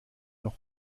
noch